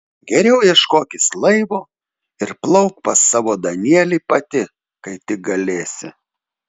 geriau ieškokis laivo ir plauk pas savo danielį pati kai tik galėsi